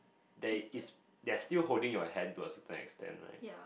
there is they are still holding your hand to a certain extend right